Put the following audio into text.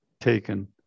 taken